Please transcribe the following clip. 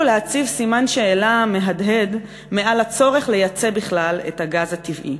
להציב סימן שאלה מהדהד מעל הצורך לייצא בכלל את הגז הטבעי.